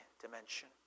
dimension